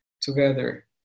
together